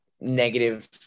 negative